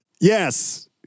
Yes